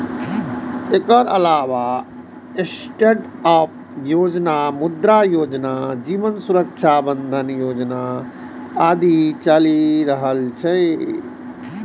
एकर अलावे स्टैंडअप योजना, मुद्रा योजना, जीवन सुरक्षा बंधन योजना आदि चलि रहल छै